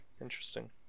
interesting